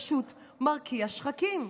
פשוט מרקיע שחקים.